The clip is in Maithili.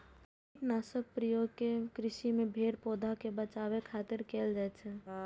कीटनाशक के प्रयोग कृषि मे पेड़, पौधा कें बचाबै खातिर कैल जाइ छै